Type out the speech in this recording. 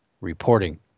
reporting